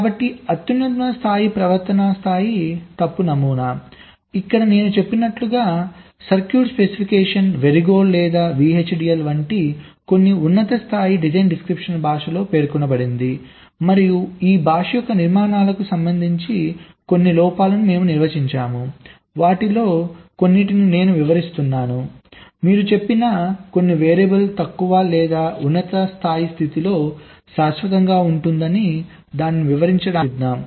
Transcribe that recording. కాబట్టి అత్యున్నత స్థాయి ప్రవర్తనా స్థాయి తప్పు నమూనా ఇక్కడ నేను చెప్పినట్లుగా సర్క్యూట్ స్పెసిఫికేషన్ వెరిలోగ్ లేదా విహెచ్డిఎల్ వంటి కొన్ని ఉన్నత స్థాయి డిజైన్ డిస్క్రిప్షన్ భాషలో పేర్కొనబడింది మరియు ఈ భాష యొక్క నిర్మాణాలకు సంబంధించి కొన్ని లోపాలను మేము నిర్వచించాము వాటిలో కొన్నింటిని నేను వివరిస్తున్నాను మీరు చెప్పిన కొన్ని వేరియబుల్ తక్కువ లేదా ఉన్నత స్థాయి స్థితిలో శాశ్వతంగా ఉంటుంది దానిని వివరించడానికి ప్రయత్నిద్దాం